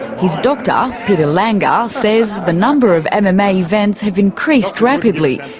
his doctor, peter langer, ah says the number of and mma mma events have increased rapidly,